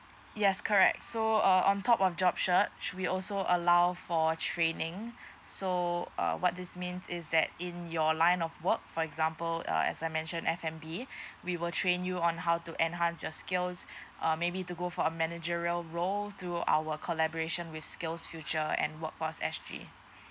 yes correct so uh on top of job search we also allow for training so uh what this means is that in your line of work for example uh as I mentioned F and B we will train you on how to enhance your skills uh maybe to go for a managerial role to our collaboration with skills future and work force S G